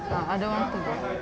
ah ada orang tegur